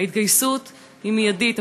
ההתגייסות היא מיידית.